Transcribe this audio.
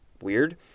Weird